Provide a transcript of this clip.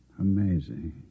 Amazing